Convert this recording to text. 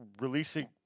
releasing